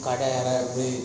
கடை:kadai